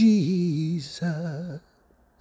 Jesus